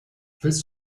willst